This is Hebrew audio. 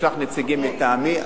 אשלח נציגים מטעמי,